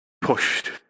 pushed